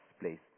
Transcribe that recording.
place